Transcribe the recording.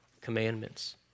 commandments